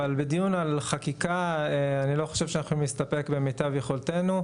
אבל בדיון על חקיקה אני לא חושב שאנחנו יכולים להסתפק במיטב יכולתנו,